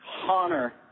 Honor